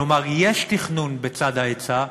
כלומר, יש תכנון בצד ההיצע,